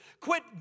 Quit